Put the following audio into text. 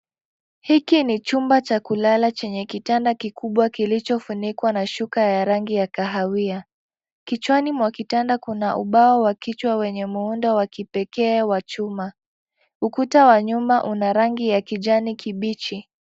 Hiki ni chumba cha kulala chenye kitanda kikubwa kilichofunikwa na shuka ya rangi ya kahawia. Kichwani mwa kitanda kuna ubao wa kichwa wenye muundo wa kipekee wa chuma. Ukuta wa nyuma una rangi ya kijani kibichi.